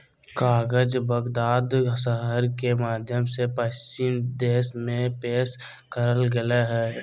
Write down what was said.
कागज बगदाद शहर के माध्यम से पश्चिम देश में पेश करल गेलय हइ